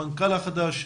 המנכ"ל החדש.